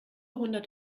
hundert